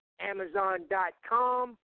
Amazon.com